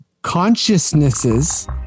consciousnesses